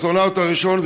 האסטרונאוט הראשון,